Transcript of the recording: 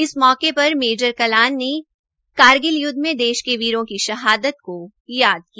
इस मौके पर मेजर कलान ने कारगिल य्द्व में देश के वीरों की शहादत को याद किया